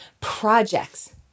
projects